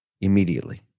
immediately